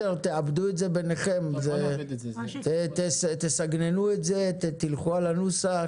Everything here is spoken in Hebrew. תעבדו את זה, תסגננו את זה, תלכו על הנוסח.